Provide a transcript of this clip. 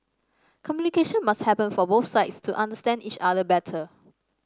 communication must happen for both sides to understand each other better